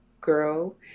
girl